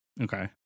Okay